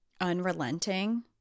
unrelenting